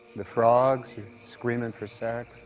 the frogs are screaming for sex.